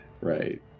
Right